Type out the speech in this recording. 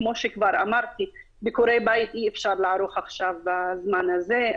כמו שכבר אמרתי ביקורי בית אי אפשר לערוך עכשיו בזמן הזה.